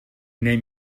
neem